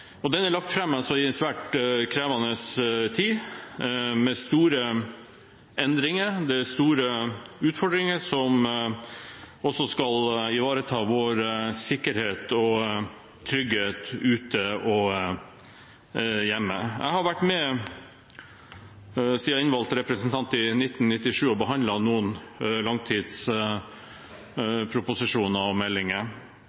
Den er lagt fram i en svært krevende tid med store endringer og der det er store utfordringer ved å ivareta vår sikkerhet og trygghet ute og hjemme. Jeg har vært med som innvalgt representant siden 1997 og behandlet noen